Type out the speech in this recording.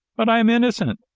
but i am innocent.